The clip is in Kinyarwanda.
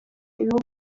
ibihugu